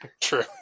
True